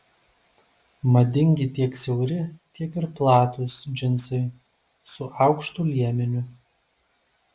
madingi tiek siauri tiek ir platūs džinsai su aukštu liemeniu